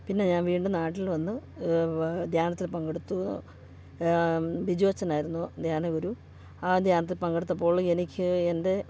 പിന്നെ ഞാൻ വീണ്ടും നാട്ടിൽ വന്നു ധ്യാനത്തിൽ പങ്കെടുത്തു ബിജോ അച്ഛനായിരുന്നു ധ്യാനഗുരു ആ ധ്യാനത്തിൽ പങ്കെടുത്തപ്പോൾ എനിക്ക് എൻ്റെ